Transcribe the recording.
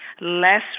less